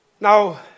Now